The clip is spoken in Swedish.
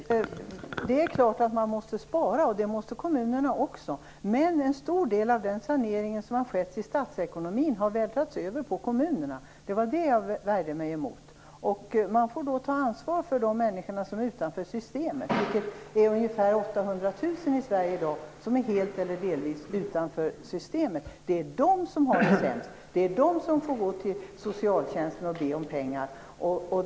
Fru talman! Det är klart att man måste spara, och det måste kommunerna också. Men en stor del av den sanering som har skett i statsekonomin har vältrats över på kommunerna. Det var det jag värjde mig emot. Man får då ta ansvar för de människor som är utanför systemet. Det är ungefär 800 000 i Sverige i dag som är helt eller delvis utanför systemet. Det är de som har det sämst, som får gå till socialtjänsten och be om pengar.